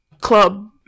Club